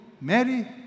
Mary